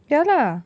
ya lah